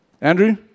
Andrew